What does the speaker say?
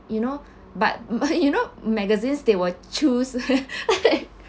you know but you know magazines they will choose